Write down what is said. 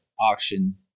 auction